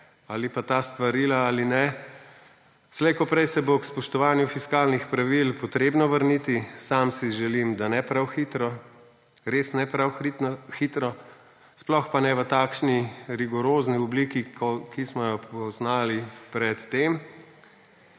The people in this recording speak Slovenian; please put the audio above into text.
ali pa ta svarila ali ne. Slej ko prej se bo k spoštovanju fiskalnih pravil potrebno vrniti. Sam si želim, da ne prav hitro, res ne prav hitro. Sploh pa ne v takšni rigorozni obliki, kot smo jo poznali pred tem.